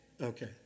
Okay